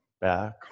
back